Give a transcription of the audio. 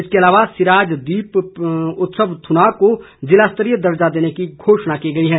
इसके अलावा सिराज दीप उत्सव थुनाग को जिला स्तरीय दर्जा देने की घोषणा की गई है